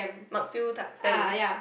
bak chew tak stamp